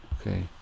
Okay